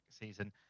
season